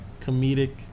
comedic